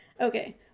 Okay